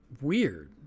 weird